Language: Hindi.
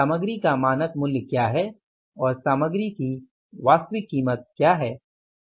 सामग्री का मानक मूल्य क्या है और सामग्री की वास्तविक कीमत क्या है